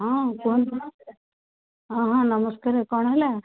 ହଁ କୁହନ୍ତୁ ହଁ ହଁ ନମସ୍କାର କଣ ହେଲା